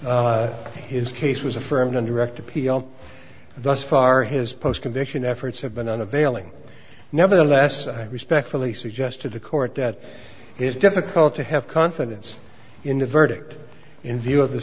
of his case was affirmed under rect appeal thus far his post conviction efforts have been unavailing nevertheless i respectfully suggest to the court that is difficult to have confidence in the verdict in view of the